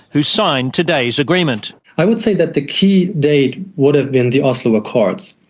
who signed today's agreement. i would say that the key date would have been the oslo accords,